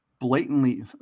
blatantly